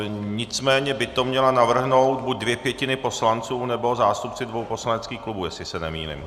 Nicméně by to měly navrhnout buď dvě pětiny poslanců nebo zástupci dvou poslaneckých klubů, jestli se nemýlím.